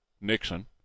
Nixon